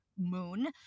moon